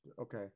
Okay